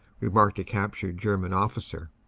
remarked a captured german officer.